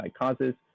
causes